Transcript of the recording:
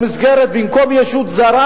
במקום "ישות זרה"